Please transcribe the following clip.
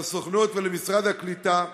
לסוכנות ולמשרד הקליטה.